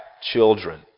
children